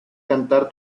cantar